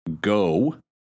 Go